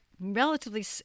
relatively